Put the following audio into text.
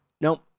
Nope